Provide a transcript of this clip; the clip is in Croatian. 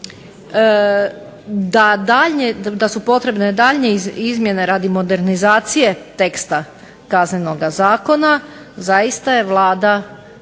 da su potrebne daljnje izmjene radi modernizacije teksta kaznenog Zakona, zaista je Vlada